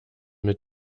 mit